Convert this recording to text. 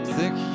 Thick